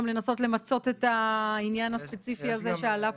לנסות למצות את העניין הספציפי הזה שעלה פה.